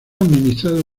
administrado